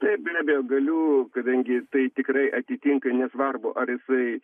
taip be abejo galiu kadangi tai tikrai atitinka nesvarbu ar jisai